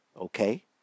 Okay